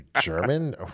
German